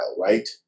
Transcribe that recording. right